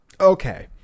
Okay